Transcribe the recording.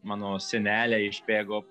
mano seneliai išbėgo